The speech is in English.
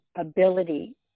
ability